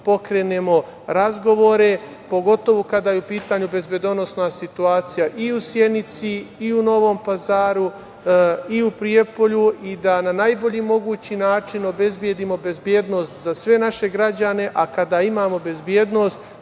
pokrenemo razgovore, pogotovo kada je u pitanju bezbedonosna situacija i u Sjenici, i u Novom Pazaru i u Prijepolju, da na najbolji mogući način obezbedimo bezbednost za sve naše građane, a kada imamo bezbednost